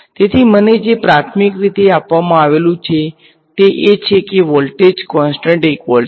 તેથી મને જે પ્રાથમિક રીતે આપવામાં આવેલુ છે તે એ છે કે વોલ્ટેજ કોન્સટ્ન્ટ 1 વોલ્ટ છે